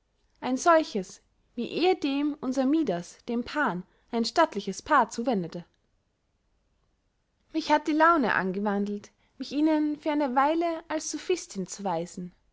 ein solches wie ehedem unser midas dem pan ein stattliches paar zuwendete mich hat die laune angewandelt mich ihnen für eine weile als sophistin zu weisen